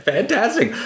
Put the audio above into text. Fantastic